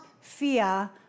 fear